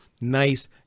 nice